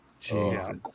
Jesus